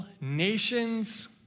nations